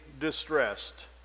distressed